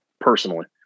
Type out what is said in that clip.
personally